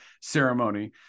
ceremony